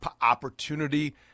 opportunity